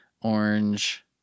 orange